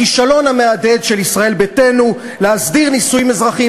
הכישלון המהדהד של ישראל ביתנו להסדיר נישואין אזרחיים